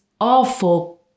awful